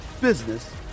business